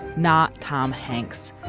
not tom hanks.